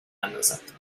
اندازد